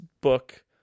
book